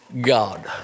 God